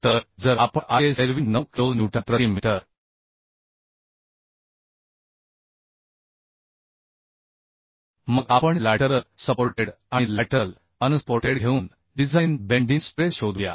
तर जर आपण ISLV 9 किलो न्यूटन प्रति मीटर मग आपण लॅटरल सपोर्टेड आणि लॅटरल अनसपोर्टेड घेऊन डिझाइन बेन्डिन स्ट्रेस शोधूया